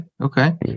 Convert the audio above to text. Okay